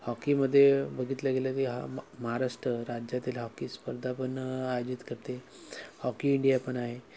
हॉकीमध्ये बघितलं गेलं की हा म महाराष्ट्र राज्यातील हॉकी स्पर्धा पण आयोजित करते हॉकी इंडिया पण आहे